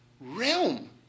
realm